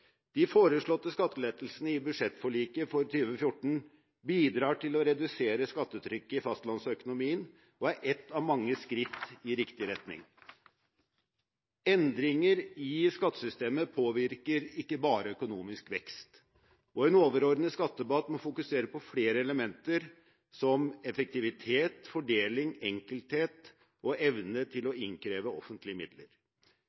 De foreslåtte skattelettelsene i budsjettforliket for 2014 bidrar til å redusere skattetrykket i fastlandsøkonomien og er ett av mange skritt i riktig retning. Endringer i skattesystemet påvirker ikke bare økonomisk vekst. En overordnet skattedebatt må fokusere på flere elementer som effektivitet, fordeling, enkelhet og evne til å